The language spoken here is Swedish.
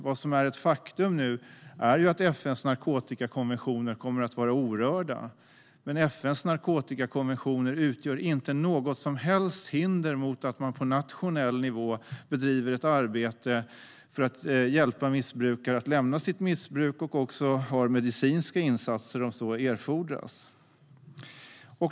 Vad som nu är ett faktum är att FN:s narkotikakommissioner kommer att vara orörda. Men de utgör inte något som helst hinder mot att man på nationell nivå bedriver ett arbete för att hjälpa missbrukare att lämna sitt missbruk och också erbjuder medicinska insatser om så erfordras.